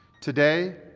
today,